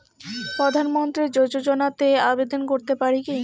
প্রধানমন্ত্রী যোজনাতে আবেদন করতে পারি কি?